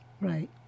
Right